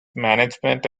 management